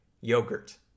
yogurt